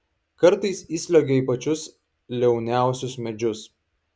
kartais įsliuogia į pačius liauniausius medžius